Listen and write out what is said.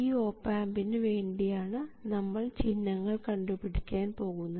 ഈ ഓപ് ആമ്പിനു വേണ്ടിയാണ് നമ്മൾ ചിഹ്നങ്ങൾ കണ്ടുപിടിക്കാൻ പോകുന്നത്